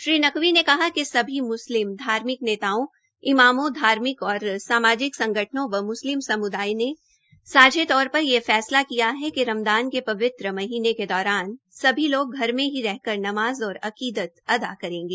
श्री नकवी ने कहा कि सभी मुस्लिम धार्मिक नेताओं इमामों धार्मिक और सामाजिक संगठनों एवं मुस्लिम सम्दाय ने सांझो तौर पर यह फैसला किया है कि रमदान के पवित्र महीनें के दौरान सभी लोगग घर में ही रहकर नमाज़ और अकीदत अदा करेंगे